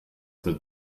mit